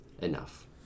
enough